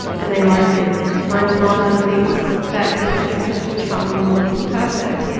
and they like him. my mother thinks that he's just such a charming, wonderful person.